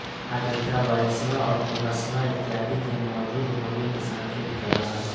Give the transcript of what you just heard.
आर्द्रता बरिशवा और कुहसवा इत्यादि के मौजूद होवे के संकेत करा हई